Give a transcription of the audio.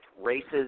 races